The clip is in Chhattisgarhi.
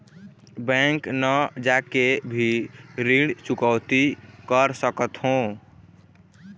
बैंक न जाके भी ऋण चुकैती कर सकथों?